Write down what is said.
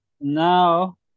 now